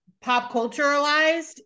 pop-culturalized